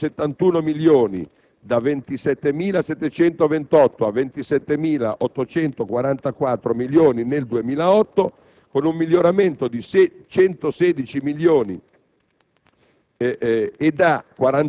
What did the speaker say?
con un miglioramento di 371 milioni; da 27.728 a 27.844 milioni, nel 2008, con un miglioramento di 116 milioni;